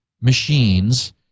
machines